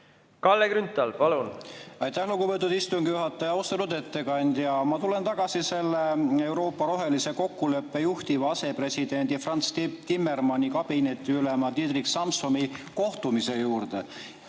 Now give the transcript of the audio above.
Kalle Grünthal, palun! Aitäh, lugupeetud istungi juhataja! Austatud ettekandja! Ma tulen tagasi selle Euroopa rohelise kokkuleppe juhtiva asepresidendi Frans Timmermansi kabinetiülema Diederik Samsomiga kohtumise juurde.